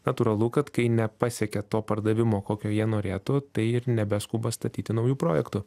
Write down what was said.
natūralu kad kai nepasiekia to pardavimo kokio jie norėtų tai ir nebeskuba statyti naujų projektų